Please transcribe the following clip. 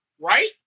right